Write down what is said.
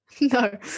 No